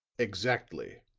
exactly.